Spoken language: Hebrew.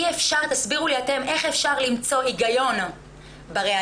תסבירו לי אתם איך אפשר למצוא הגיון בראיות?